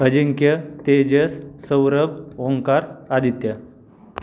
Ajinkya Tejas Saurabh Omkar Aditya